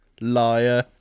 Liar